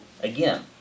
again